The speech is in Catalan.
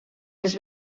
les